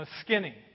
skinny